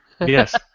Yes